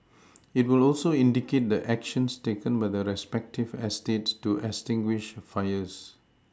it will also indicate the actions taken by the respective eStates to extinguish fires